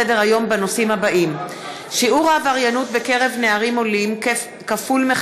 להצעה לסדר-היום ולהעביר את הנושא לוועדת הפנים והגנת הסביבה נתקבלה.